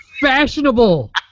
fashionable